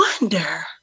wonder